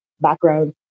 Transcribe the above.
background